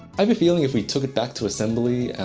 i have a feeling if we took it back to assembly,